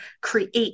create